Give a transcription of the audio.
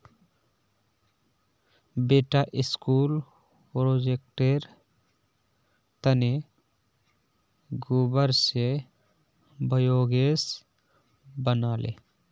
बेटा स्कूल प्रोजेक्टेर तने गोबर स बायोगैस बना ले